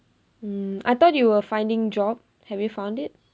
mm I thought you were finding job have you found it